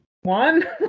one